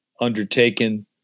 undertaken